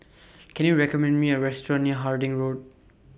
Can YOU recommend Me A Restaurant near Harding Road